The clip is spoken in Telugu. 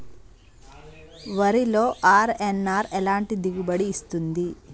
వరిలో అర్.ఎన్.ఆర్ ఎలాంటి దిగుబడి ఇస్తుంది?